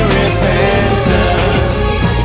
repentance